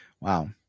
Wow